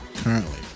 Currently